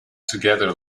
together